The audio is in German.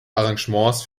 arrangements